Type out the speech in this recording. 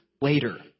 later